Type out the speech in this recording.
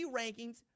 rankings